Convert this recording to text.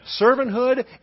Servanthood